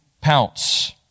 pounce